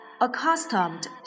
Accustomed